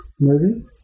movie